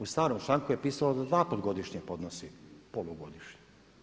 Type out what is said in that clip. U starom članku je pisalo do dva puta godišnje podnosi polugodišnje.